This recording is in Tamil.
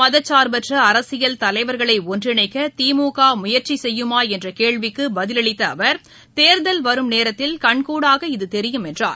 மதசார்பற்ற அரசியல் தலைவர்களை ஒன்றிணைக்க திமுக முயற்சி செய்யுமா என்ற கேள்விக்கு பதிலளித்த அவர் தேர்தல் வரும் நேரத்தில் கண்கூடாக இது தெரியும் என்றார்